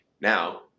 Now